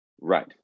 Right